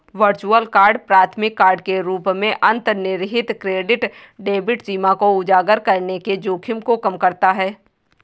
virtual card प्राथमिक card के रूप में अंतर्निहित क्रेडिट डेबिट सीमा को उजागर करने के जोखिम को कम करता है